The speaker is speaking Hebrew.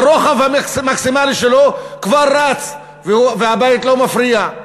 ברוחב המקסימלי שלו כבר רץ והבית לא מפריע.